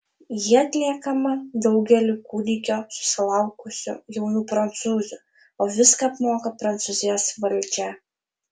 ji atliekama daugeliui kūdikio susilaukusių jaunų prancūzių o viską apmoka prancūzijos valdžia